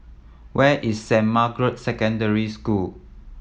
where is Saint Margaret's Secondary School